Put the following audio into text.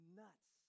nuts